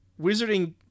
wizarding